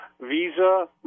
Visa